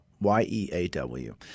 Y-E-A-W